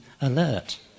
alert